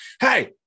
hey